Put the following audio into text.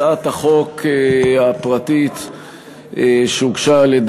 הצעת החוק הפרטית שהגשנו,